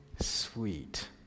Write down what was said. sweet